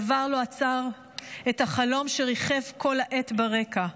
דבר לא עצר את החלום שריחף כל העת ברקע,